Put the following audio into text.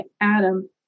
Adam